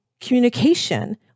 communication